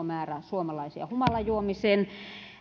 määrä suomalaisia humalajuomisen